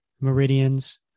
meridians